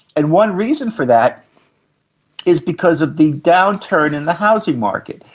and one reason for that is because of the downturn in the housing market.